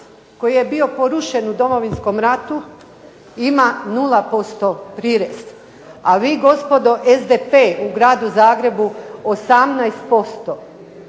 koji je bio porušen u Domovinskom ratu ima 0% prirez, a vi gospodo SDP u gradu Zagrebu 18%.